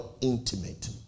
intimate